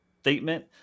statement